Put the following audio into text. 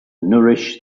nourish